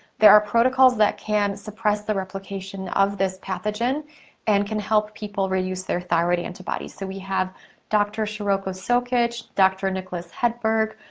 there are protocols that can suppress the replication of this pathogen and can help people reuse their thyroid antibodies. so, we have doctor shiroko sokitch, doctor nikolas hedberg,